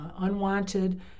unwanted